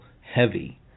heavy